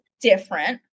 different